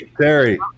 Terry